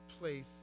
place